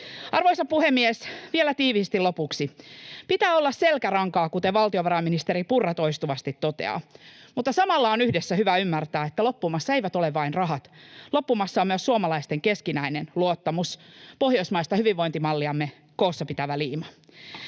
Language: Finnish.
Arvoisa puhemies! Vielä tiiviisti lopuksi: Pitää olla selkärankaa, kuten valtiovarainministeri Purra toistuvasti toteaa, mutta samalla on yhdessä hyvä ymmärtää, että loppumassa eivät ole vain rahat, vaan loppumassa on myös suomalaisten keskinäinen luottamus, pohjoismaista hyvinvointimalliamme koossa pitävä liima.